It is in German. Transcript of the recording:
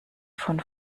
von